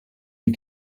wie